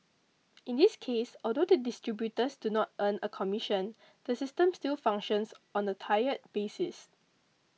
in this case although the distributors do not earn a commission the system still functions on a tiered basis